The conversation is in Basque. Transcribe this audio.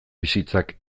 bizitzak